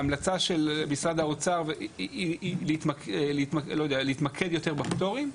ההמלצה של משרד האוצר היא להתמקד יותר בפטורים.